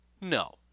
no